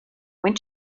when